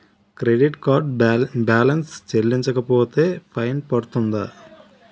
Credit card balance చెల్లించకపోతే fine పడ్తుంద?